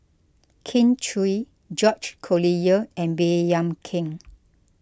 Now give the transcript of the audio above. Kin Chui George Collyer and Baey Yam Keng